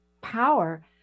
power